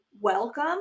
welcome